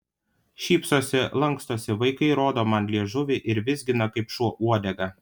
šypsosi lankstosi vaikai rodo man liežuvį ir vizgina kaip šuo uodegą